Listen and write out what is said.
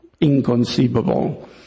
inconceivable